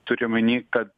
turiu omeny kad